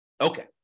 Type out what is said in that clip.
Okay